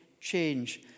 change